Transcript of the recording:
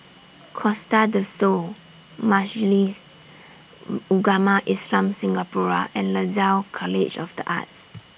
Costa Del Sol Majlis Ugama Islam Singapura and Lasalle College of The Arts